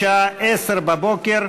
בשעה 10:00,